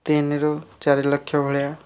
ତିନି ରୁ ଚାରିଲକ୍ଷ ଭଳିଆ